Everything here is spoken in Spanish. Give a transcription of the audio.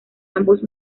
ambos